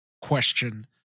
question